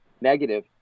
negative